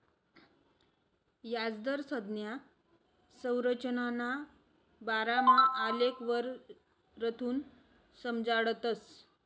याजदर संज्ञा संरचनाना बारामा आलेखवरथून समजाडतस